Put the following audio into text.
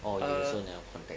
you also never contact